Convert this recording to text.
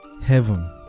heaven